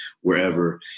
wherever